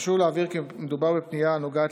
חשוב להבהיר כי מדובר בפנייה הנוגעת